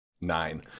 nine